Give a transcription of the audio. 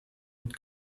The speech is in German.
mit